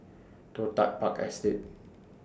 Toh Tuck Park Estate